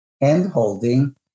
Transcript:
hand-holding